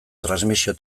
transmisio